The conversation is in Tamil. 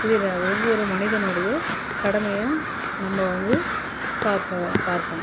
இது இதை ஒவ்வொரு மனிதனுடைய கடமையாக நம்ப வந்து பார்க்க பார்க்கணும்